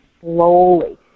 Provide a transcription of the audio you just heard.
slowly